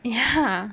ya